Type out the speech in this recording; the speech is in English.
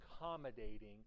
accommodating